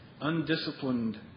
Undisciplined